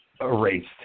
erased